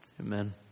amen